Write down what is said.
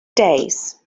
days